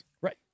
Right